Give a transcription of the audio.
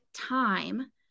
time